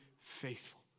faithful